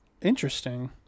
interesting